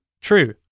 True